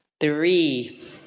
three